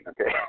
okay